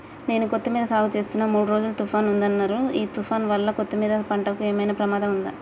నేను కొత్తిమీర సాగుచేస్తున్న మూడు రోజులు తుఫాన్ ఉందన్నరు ఈ తుఫాన్ వల్ల కొత్తిమీర పంటకు ఏమైనా ప్రమాదం ఉందా?